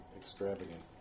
extravagant